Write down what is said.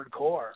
hardcore